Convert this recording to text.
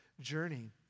journey